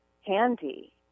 handy